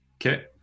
Okay